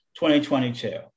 2022